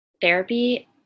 therapy